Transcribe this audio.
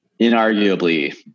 inarguably